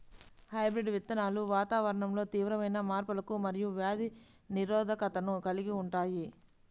hybrid విత్తనాలు వాతావరణంలో తీవ్రమైన మార్పులకు మరియు వ్యాధి నిరోధకతను కలిగి ఉంటాయి